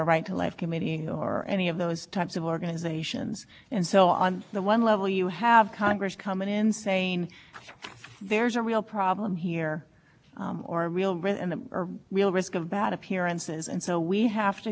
and so that's what's hard to reconcile you can't of the one hand say they were getting the worst thing when in fact they got an awful lot more than the worst thing and then go it's ok to have this technical distinction that's a hard very hard thing for me to reconcile how do i deal with that